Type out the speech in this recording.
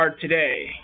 today